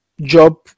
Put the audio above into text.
job